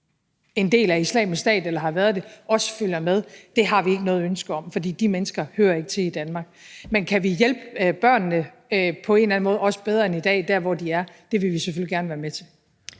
en del af Islamisk Stat eller har været det, også følger med. Det har vi ikke noget ønske om, fordi de mennesker hører ikke til i Danmark. Men kan vi hjælpe børnene på en eller anden måde, også bedre end i dag, der, hvor de er, vil vi selvfølgelig gerne være med til